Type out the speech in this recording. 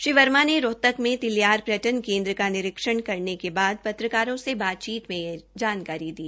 श्री वर्मा ने रोहतक में तिलयार पर्यटन केन्द्र का निरीक्षण करने के बाद पत्रकारों से बातचीत मे यह जानकारी दी